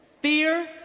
Fear